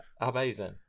Amazing